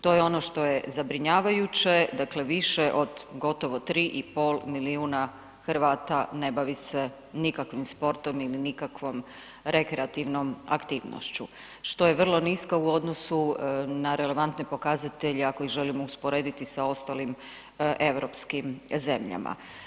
To je ono što je zabrinjavajuće, dakle, više od gotovo 3,5 milijuna Hrvata ne bavi se nikakvim sportom ili nikakvom rekreativnom aktivnošću, što je vrlo nisko u odnosu na relevantne pokazatelje ako ih želimo usporediti sa ostalim europskim zemljama.